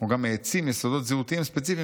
הוא גם העצים יסודות זהותיים ספציפיים,